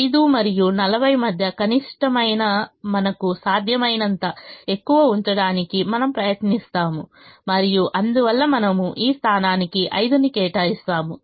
5 మరియు 40 మధ్య కనిష్టమైన మనకు సాధ్యమైనంత ఎక్కువ ఉంచడానికి మనము ప్రయత్నిస్తాము మరియు అందువల్ల మనము ఈ స్థానానికి 5 ని కేటాయిస్తాము